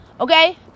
Okay